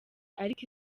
ariko